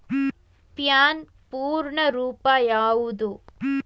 PAN ಪೂರ್ಣ ರೂಪ ಯಾವುದು?